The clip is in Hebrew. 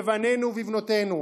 בבנינו ובבנותינו,